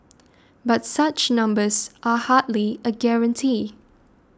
but such numbers are hardly a guarantee